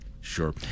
Sure